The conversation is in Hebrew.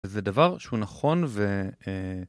זה דבר שהוא נכון ו...